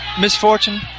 misfortune